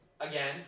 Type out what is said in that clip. again